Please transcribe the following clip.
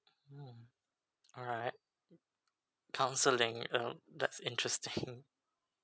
mm alright counselling mm that's interesting